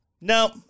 no